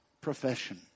profession